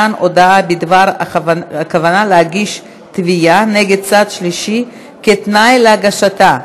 (מתן הודעה בדבר הכוונה להגיש תביעה נגד צד שלישי כתנאי להגשתה),